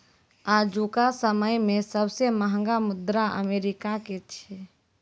आजुका समय मे सबसे महंगा मुद्रा अमेरिका के छै